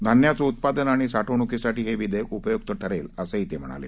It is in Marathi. धान्याचं उत्पादन आणि साठवणुकीसाठी हे विधेयक उपयुक्त ठरेल असंही ते म्हणाले